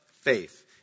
faith